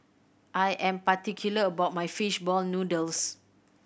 I am particular about my fish ball noodles